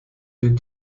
den